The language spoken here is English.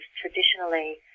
traditionally